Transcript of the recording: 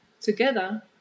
together